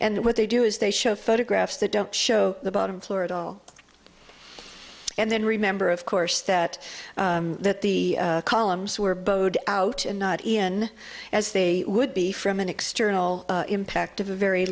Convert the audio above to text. and what they do is they show photographs that don't show the bottom floor at all and then remember of course that the columns were bowed out and not even as they would be from an external impact of a very